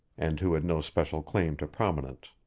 and who had no special claim to prominence.